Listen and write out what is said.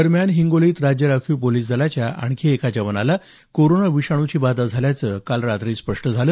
दरम्यान हिंगोलीत राज्य राखीव पोलिस दलाच्या आणखी एका जवानाला कोरोना विषाणूची बाधा झाल्याचं काल रात्री स्पष्ट झालं